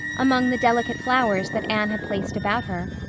among the delicate flowers that anne had placed about her,